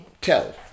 Tell